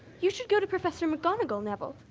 you should go to professor mcgonagall, neville.